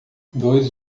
dois